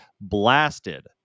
blasted